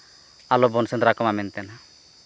ᱟᱞᱚ ᱵᱚᱱ ᱥᱮᱸᱫᱽᱨᱟ ᱠᱚᱢᱟ ᱢᱮᱱᱛᱮ